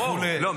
ברור, לא.